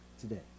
today